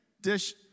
dish